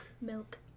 Milk